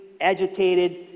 agitated